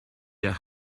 der